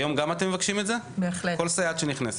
היום גם אתם מבקשים את זה כל סייעת שנכנסת.